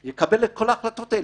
יקבל את כל ההחלטות האלה.